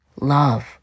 Love